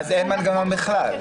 אז אין מנגנון בכלל?